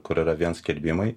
kur yra vien skelbimai